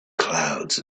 clouds